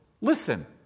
listen